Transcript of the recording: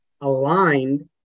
aligned